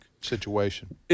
situation